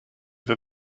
that